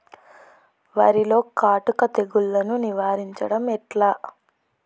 వరిలో కాటుక తెగుళ్లను నివారించడం ఎట్లా?